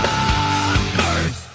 Numbers